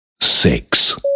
six